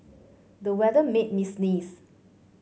the weather made me sneeze